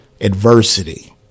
Adversity